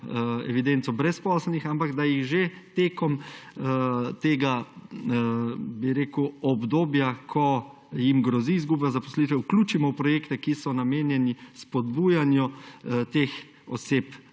evidenco brezposelnih, ampak da jih že tekom tega obdobja, ko jim grozi izguba zaposlitve, vključimo v projekte, ki so namenjeni spodbujanju teh oseb